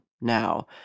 now